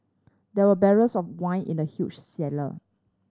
there were barrels of wine in the huge cellar